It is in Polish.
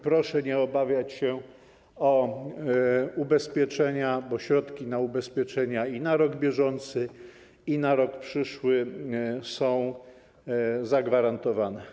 Proszę się nie obawiać o ubezpieczenia, bo środki na ubezpieczenia i na rok bieżący, i na rok przyszły są zagwarantowane.